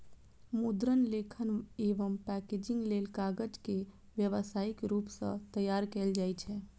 मुद्रण, लेखन एवं पैकेजिंग लेल कागज के व्यावसायिक रूप सं तैयार कैल जाइ छै